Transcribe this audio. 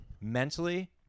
Mentally